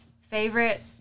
Favorite